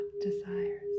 desires